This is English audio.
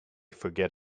forget